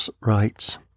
writes